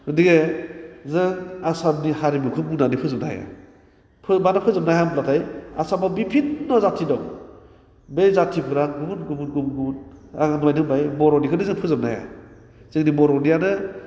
गथिखे जों आसामनि हारिमुखौ बुंनानै फोजोबनो हाया मानो फोजोबनो हाया होनब्लाथाय आसामाव बिभिन्न' जाथि दं बे जाथिफोरा गुबुन गुबुन गुबुन आं दहायनो बुंबाय बर'निखौनो जोङो फोजोबनो हाया जोंनि बर'नियानो